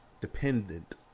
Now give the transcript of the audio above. dependent